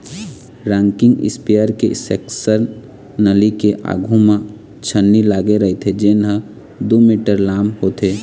rocking sprayer के suction नली के आघू म छन्नी लागे रहिथे जेन ह दू मीटर लाम होथे